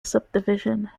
subdivision